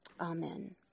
amen